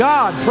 God